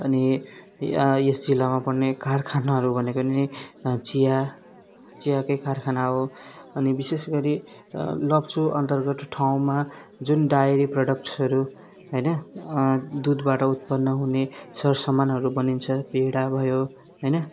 अनि यहाँ यस जिल्लामा पर्ने कारखानाहरू भनेको नै चिया चियाकै कारखाना हो अनि विशेष गरी लप्चु अन्तर्गत ठाउँमा जुन डाइरी प्रडक्ट्सहरू होइन दुधबाट उत्पन्न हुने सर सामानहरू बनिन्छ पेडा भयो होइन